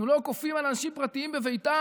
אנחנו לא כופים על אנשים פרטיים בביתם